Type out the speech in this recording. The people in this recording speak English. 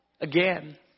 again